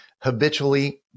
habitually